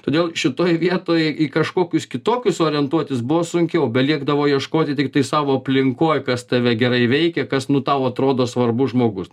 todėl šitoj vietoj į kažkokius kitokius orientuotis buvo sunkiau belikdavo ieškoti tiktai savo aplinkoj kas tave gerai veikia kas nu tau atrodo svarbus žmogus